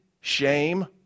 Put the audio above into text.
shame